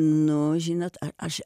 nu žinot ar aš